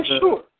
sure